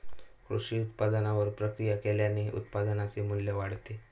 कृषी उत्पादनावर प्रक्रिया केल्याने उत्पादनाचे मू्ल्य वाढते